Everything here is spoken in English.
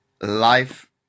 life